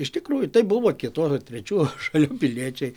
iš tikrųjų tai buvo kituo trečių šalių piliečiai